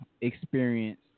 experience